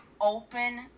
open